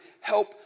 help